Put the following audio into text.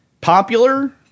Popular